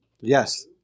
Yes